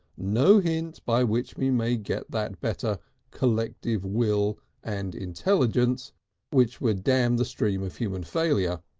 no hint, by which we may get that better collective will and intelligence which would dam the stream of human failure,